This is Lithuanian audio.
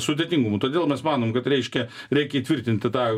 sudėtingumų todėl mes manom kad reiškia reikia įtvirtinti tą